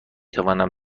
توانم